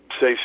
say